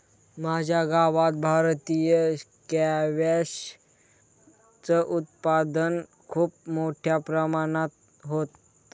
माझ्या गावात भारतीय स्क्वॅश च उत्पादन खूप मोठ्या प्रमाणात होतं